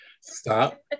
stop